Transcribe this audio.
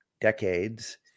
decades